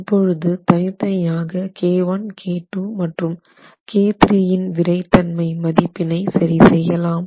இப்பொழுது தனித்தனி ஆக K1K2 மற்றும் K3 இன் விறைத்தன்மை மதிப்பினை சரி செய்யலாம்